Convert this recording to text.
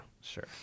sure